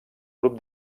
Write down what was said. grup